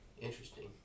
interesting